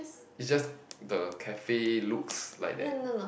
is just the cafe looks like that